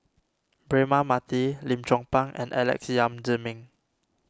Braema Mathi Lim Chong Pang and Alex Yam Ziming